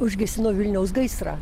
užgesino vilniaus gaisrą